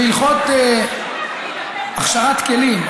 בהלכות הכשרת כלים,